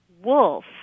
Wolf